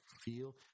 feel